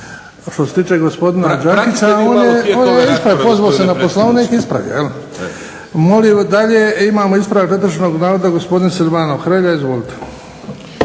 što se tiče gospodina Đakića on je isto pozvao se na Poslovnik i ispravio. Molim dalje imamo ispravak netočnog navoda gospodin Silvano Hrelja. Izvolite.